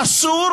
אסור